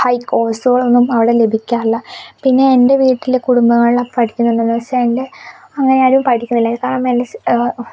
high കോഴ്സുകളൊന്നും അവിടെ ലഭിക്കാറില്ല പിന്നെ എൻ്റെ വീട്ടിൽ കുടുംബങ്ങളിലൊക്കെ പഠിക്കുന്നത് എന്തെന്ന് വെച്ചാൽ എൻ്റെ അങ്ങിനെയാരും പഠിക്കുന്നില്ല കാരണം എൻ്റെ സി